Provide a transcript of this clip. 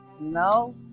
no